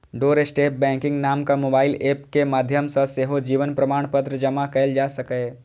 doorstep banking नामक mobile app के माध्यम सं सेहो जीवन प्रमाणपत्र जमा कैल जा सकैए